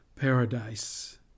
paradise